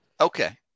Okay